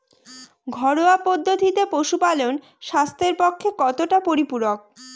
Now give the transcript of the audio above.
ঘরোয়া পদ্ধতিতে পশুপালন স্বাস্থ্যের পক্ষে কতটা পরিপূরক?